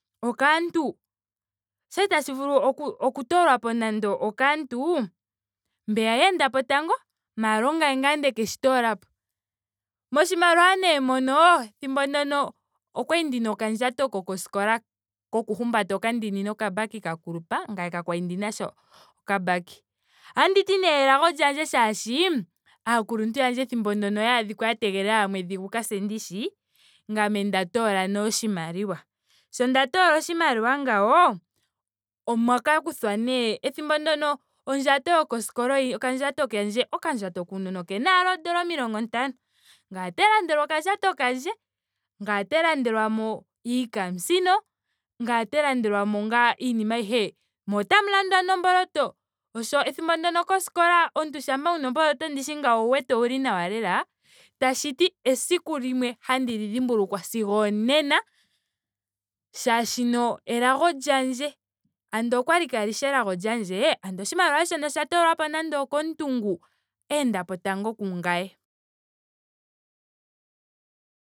Okaantu. Okwali tashi vulu oku- oku toolwapo nando okaantu mbeya yeendapo tango. maara ongame ngaa ndkeshi toolapo. Moshimaliwa nee mono. ethimbo ndyoka okwali ndina okandjato kokoskola koku humbata okandini nokambaki ka kulupa. ngame kakwali ndinasha okambaki otanditi nee elago lyandje molwaashoka ethimbo ndyoka aakuluntu yandje oyaadhika ashike ya tegelela omwedhi gu ka se ndishi. ngame nda toola nee oshimaliwa. Sho nda toola oshimaliwa ngawo. omwaka kuthwa nee. ethimbo ndyono ondjato yokoskola. okandjato kandje. okandjato kuunona okena aashike oodola ashike oodola omilongo ntano. ngame ote landelwa okandjato kandje. ngame otandi landelwamo iikamusino. ngame otandi landelwamo ngaa iinima ayihe. mo otamu landwa nomboloto. molwaashoka ethimbo ndyoka koskola. omuntu shampa wuna omboloto ndishi ngawo owu wete ouli nawa lela. tashiti esiku limwe handili dhimbulukwa sigo onena. molwaashoka elago lyandje. Andola okwali lyaashi elago lyandje. andola oshimaliwa shono osha toolwapo nando okomuntu ngu eendapo tango kungaye.